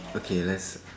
okay let's